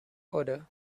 order